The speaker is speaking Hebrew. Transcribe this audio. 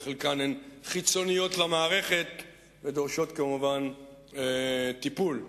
וחלקן הן חיצוניות למערכת ודורשות כמובן טיפול.